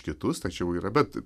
kitus tačiau yra bet